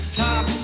top